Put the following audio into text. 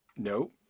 no